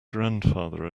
grandfather